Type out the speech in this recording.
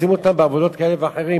לשים אותו בעבודות כאלה ואחרות.